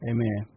Amen